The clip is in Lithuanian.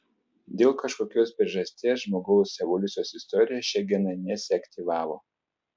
dėl kažkokios priežasties žmogaus evoliucijos istorijoje šie genai nesiaktyvavo